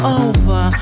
over